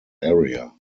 area